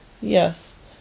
yes